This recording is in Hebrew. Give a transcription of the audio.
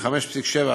4.3% 5.7%,